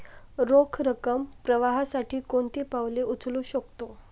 रोख रकम प्रवाहासाठी कोणती पावले उचलू शकतो?